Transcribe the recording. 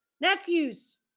nephews